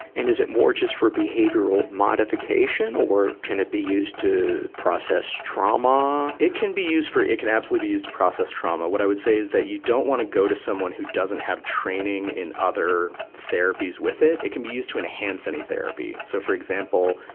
and is it more just for behavioral modification or can it be used to process trauma? dr. it can be used for, it can absolutely be used to process trauma. what i would say is that you don't wanna go to someone who doesn't have training in other therapies with it. it can be used to enhance any therapy. so, for example,